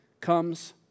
comes